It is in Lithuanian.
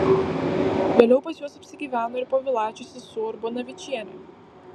vėliau pas juos apsigyveno ir povilaičio sesuo urbonavičienė